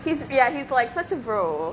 he's ya he's like such a brother